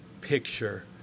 picture